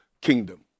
kingdom